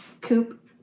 Coop